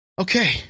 Okay